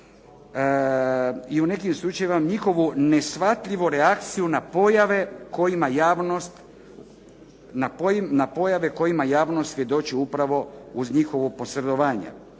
i u nekim slučajevima njihovu neshvatljivu reakciju na pojave kojima javnost svjedoči upravo uz njihovo posredovanje.